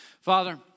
Father